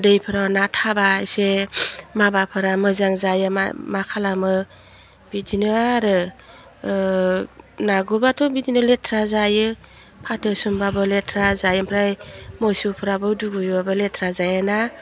दैफ्राव ना थाबा एसे माबाफोरा मोजां जायो मा मा खालामो बिदिनो आरो ना गुबाथ' बिदिनो लेथ्रा जायो फाथो सोमबाबो लेथ्रा जाहैब्लाय मोसौफ्राबो दुगैबाबो लेथ्रा जायोना